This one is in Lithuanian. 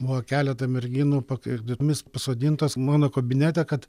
buvo keleta merginų pakaitomis pasodintos mano kabinete kad